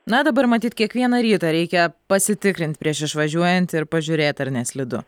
na dabar matyt kiekvieną rytą reikia pasitikrint prieš išvažiuojant ir pažiūrėt ar neslidu